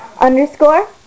underscore